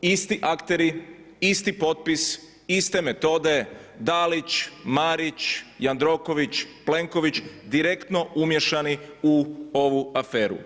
Isti akteri, isti potpis, iste metode Dalić, Marić, Jandroković, Plenković direktno umiješani u ovu aferu.